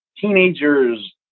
teenagers